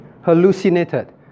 hallucinated